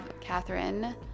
Catherine